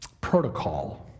protocol